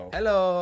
Hello